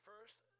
First